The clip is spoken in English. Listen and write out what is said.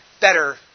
better